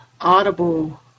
audible